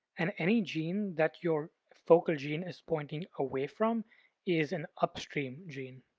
and any gene that your focal gene is pointing away from is an upstream gene.